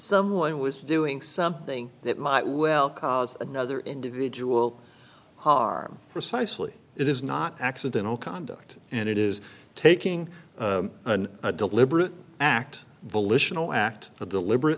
someone was doing something that might well cause another individual harm precisely it is not accidental conduct and it is taking a deliberate act volitional act a deliberate